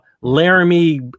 Laramie